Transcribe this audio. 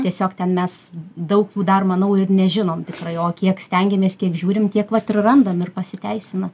tiesiog ten mes daug jų dar manau ir nežinom tikrai o kiek stengiamės kiek žiūrim tiek vat ir randam ir pasiteisina